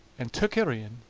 and took her in,